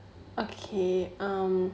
okay